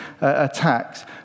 attacks